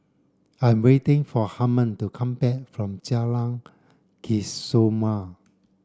I'm waiting for Harmon to come back from Jalan Kesoma